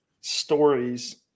stories